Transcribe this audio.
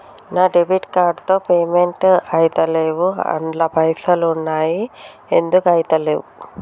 నా debit card తో payment ఐతలేవ్ అండ్ల పైసల్ ఉన్నయి ఎందుకు ఐతలేవ్?